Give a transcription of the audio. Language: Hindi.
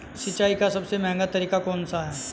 सिंचाई का सबसे महंगा तरीका कौन सा है?